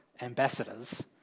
ambassadors